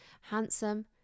handsome